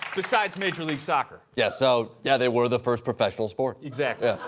besides major league soccer. yes, so, yeah, they were the first professional sport. exactly. yeah.